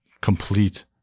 complete